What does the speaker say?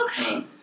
Okay